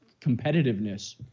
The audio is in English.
competitiveness